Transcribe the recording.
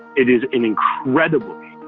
it is an incredible